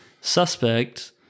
suspect